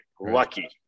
Lucky